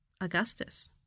Augustus